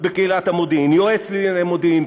בקהילת המודיעין: יועץ לענייני מודיעין,